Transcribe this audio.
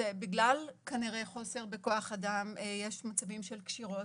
זה כנראה בגלל חוסר בכוח אדם, יש מצבים של קשירות,